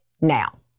now